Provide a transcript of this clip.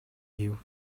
you